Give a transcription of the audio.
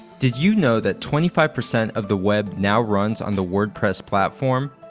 did you know that twenty five percent of the web now runs on the wordpress platform?